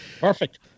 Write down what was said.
perfect